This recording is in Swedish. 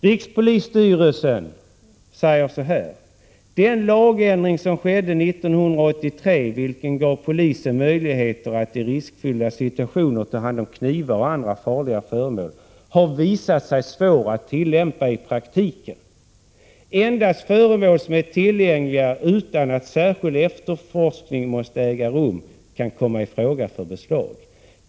Rikspolisstyrelsen skriver så här: ”Den lagändring som skedde 1983, vilken gav polisen möjlighet att i riskfyllda situationer ta hand om knivar och andra farliga föremål, har visat sig svår att tillämpa i praktiken. Endast föremål som är tillgängliga utan att särskild efterforskning måste äga rum kan komma ifråga för beslag.